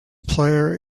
player